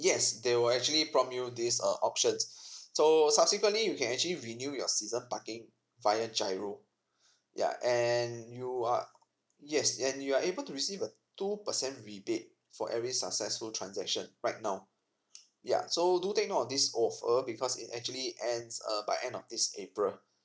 yes they will actually prompt you this err options so subsequently you can actually renew your season parking via giro yup and you are yes and you are able to receive a two percent rebate for every successful transaction right now yeah so do take note on this offer because it's actually ends err by end of this april